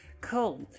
Cool